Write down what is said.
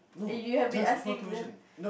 eh you have been asking the